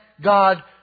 God